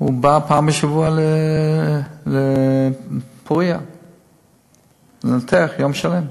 בא פעם בשבוע לפוריה ומנתח יום שלם.